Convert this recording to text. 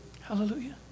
Hallelujah